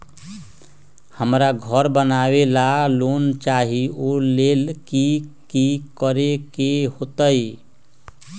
हमरा घर बनाबे ला लोन चाहि ओ लेल की की करे के होतई?